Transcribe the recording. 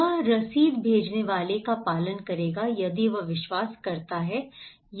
वह रसीद भेजने वाले का पालन करेगा यदि वह विश्वास करता है या वह विश्वास करता है ठीक है